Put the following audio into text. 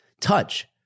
touch